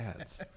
ads